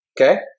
okay